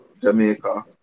Jamaica